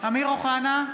אמיר אוחנה,